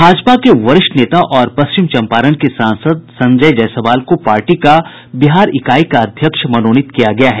भाजपा के वरिष्ठ नेता और पश्चिम चम्पारण के सांसद संजय जायसवाल को पार्टी का बिहार इकाई का अध्यक्ष मनोनीत किया गया है